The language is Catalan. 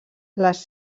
les